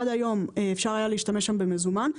עד היום אפשר היה להשתמש שם במזומן.